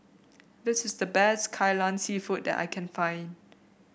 this is the best Kai Lan seafood that I can find